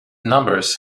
numbers